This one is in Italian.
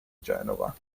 genova